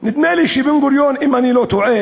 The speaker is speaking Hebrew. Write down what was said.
נדמה לי שבן-גוריון, אם אני לא טועה,